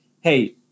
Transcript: hey